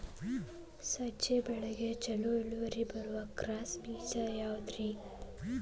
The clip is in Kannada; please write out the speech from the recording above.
ಸಜ್ಜೆ ಬೆಳೆಗೆ ಛಲೋ ಇಳುವರಿ ಬರುವ ಕ್ರಾಸ್ ಬೇಜ ಯಾವುದ್ರಿ?